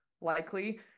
likely